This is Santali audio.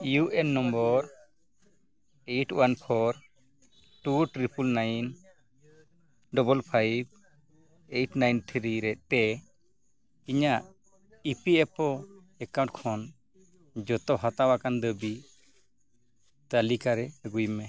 U A N number eight one four two triple nine double five eight nine three ᱨᱮᱛᱮ ᱤᱧᱟᱹᱜ E P F O account ᱠᱷᱚᱱ ᱡᱚᱛᱚ ᱦᱟᱛᱟᱣ ᱟᱠᱟᱱ ᱫᱟᱹᱵᱤ ᱛᱟᱹᱞᱤᱠᱟ ᱨᱮ ᱟᱹᱜᱩᱭ ᱢᱮ